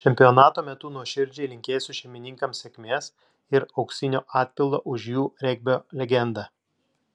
čempionato metu nuoširdžiai linkėsiu šeimininkams sėkmės ir auksinio atpildo už jų regbio legendą